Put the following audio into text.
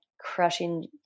crushing